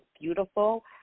beautiful